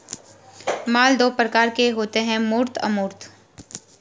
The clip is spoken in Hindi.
माल दो प्रकार के होते है मूर्त अमूर्त